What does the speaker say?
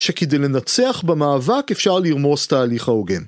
שכדי לנצח במאבק אפשר לרמוס תהליך ההוגן.